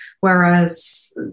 whereas